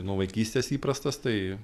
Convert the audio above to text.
nuo vaikystės įprastas tai